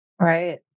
Right